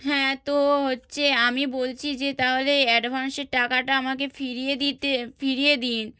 হ্যাঁ তো হচ্ছে আমি বলছি যে তাহলে অ্যাডভান্সের টাকাটা আমাকে ফিরিয়ে দিতে ফিরিয়ে দিন